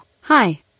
hi